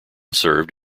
served